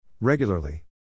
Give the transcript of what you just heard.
Regularly